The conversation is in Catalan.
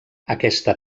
aquesta